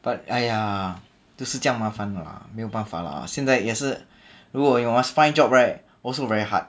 but !aiya! 就是这样麻烦的啦没有办法啦现在也是如果 you must find job right also very hard